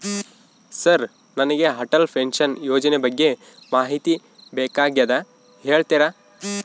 Sir ನನಗೆ Atal pension ಯೋಜನೆ ಬಗ್ಗೆ ಮಾಹಿತಿ ಬೇಕಾಗ್ಯದ ಹೇಳ್ತೇರಾ?